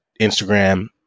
Instagram